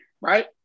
Right